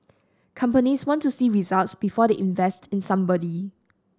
companies want to see results before they invest in somebody